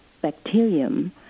Bacterium